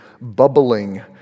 bubbling